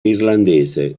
irlandese